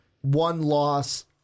one-loss